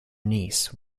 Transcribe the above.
niece